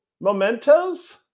mementos